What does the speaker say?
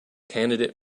candidate